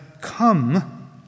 come